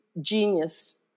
genius